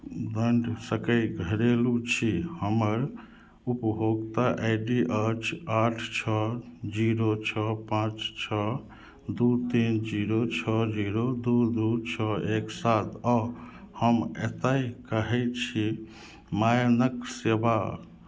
सकै घरेलू छी हमर उपभोक्ता आइ डी अछि आठ छओ जीरो छओ पाँच छओ दू तीन जीरो छओ जीरो दू दू छओ एक सात आओर हम एतहि कहै छियै माइनक सेवा